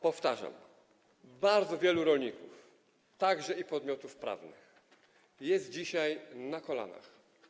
Powtarzam, że bardzo wielu rolników, także podmiotów prawnych, jest dzisiaj na kolanach.